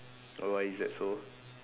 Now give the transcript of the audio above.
why is that so